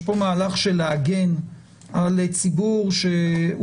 יש כאן מהלך שבא להגן על ציבור שהוא